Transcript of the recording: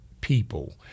people